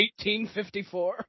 1854